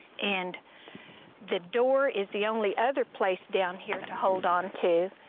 and the door is the only other place down here to hold on to,